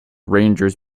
rangers